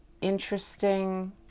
interesting